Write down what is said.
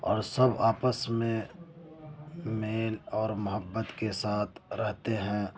اور سب آپس میں میل اور محبت کے ساتھ رہتے ہیں